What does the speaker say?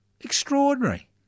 Extraordinary